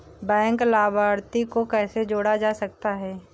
Bank लाभार्थी को कैसे जोड़ा जा सकता है?